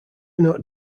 not